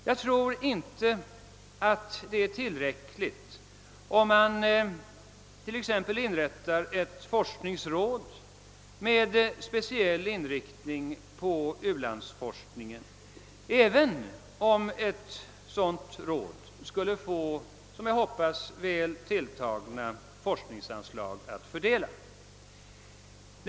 Jag tror inte att det är tillräckligt att inrätta t.ex. ett forskningsråd med speciell inriktning på ulandsforskning, även om ett sådant råd skulle få, som jag hoppas, väl tilltagna forskningsanslag att fördela.